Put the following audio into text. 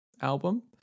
album